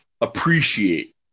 appreciate